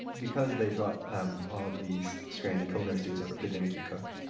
because they brought um all these stranded culinary students over, did they make you cook?